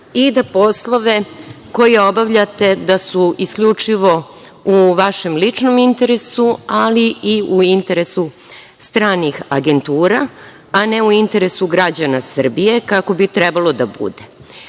i da su poslovi koje obavljate isključivo u vašem ličnom interesu, ali i u interesu stranih agentura, a ne u interesu građana Srbije, kako bi trebalo da bude.